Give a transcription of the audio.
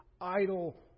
idle